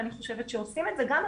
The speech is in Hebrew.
אני חושבת שעושים את זה גם,